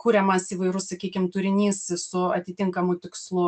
kuriamas įvairus sakykim turinys su atitinkamu tikslu